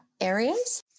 areas